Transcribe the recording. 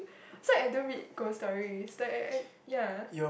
so I don't read ghost stories like I I ya